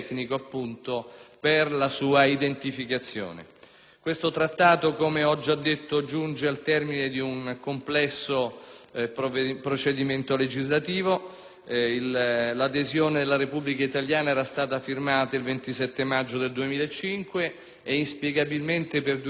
Questo Trattato, come ho già detto, giunge al termine di un complesso procedimento legislativo: l'adesione della Repubblica italiana era stata firmata il 27 maggio 2005 e inspiegabilmente per due anni, nella XV legislatura, non vi era stato il tempo